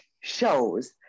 shows